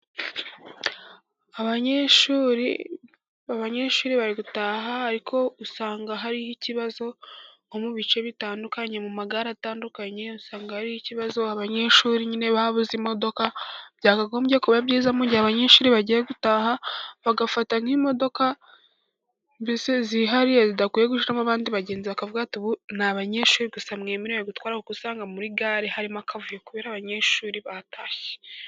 Abanyeshuri bari gutaha ariko usanga hariho ikibazo nko mu bice bitandukanye mu magare atandukanye usanga hari ikibazo abanyeshuri nyine babuze imodoka. Byakagombye kuba byiza mu gihe abanyeshuri bagiye gutaha bagafata nk'imodoka mbese zihariye zidakwiye gucamo abandi bagenzi bakavuga bati: "Ubu ni abanyeshuri gusa mwemerewe gutwara". Kuko usanga muri gare harimo akavuyo kubera ko abanyeshuri batashye.